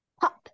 pop